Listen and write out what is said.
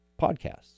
podcasts